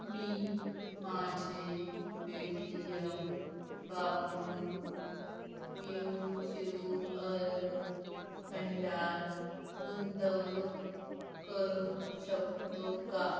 मी माझे पेटीयम वापरून म्युच्युअल फंडात गुंतवणूक करू शकतो का